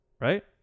right